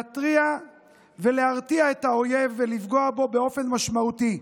להתריע ולהרתיע את האויב ולפגוע בו באופן משמעותי,